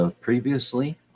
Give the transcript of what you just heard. previously